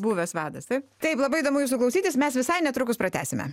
buvęs vadas taip taip labai įdomu jūsų klausytis mes visai netrukus pratęsime